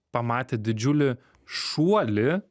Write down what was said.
pamatė didžiulį šuolį